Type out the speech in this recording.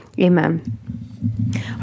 amen